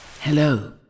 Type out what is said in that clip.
Hello